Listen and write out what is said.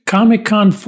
Comic-Con